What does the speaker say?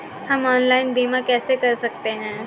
हम ऑनलाइन बीमा कैसे कर सकते हैं?